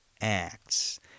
acts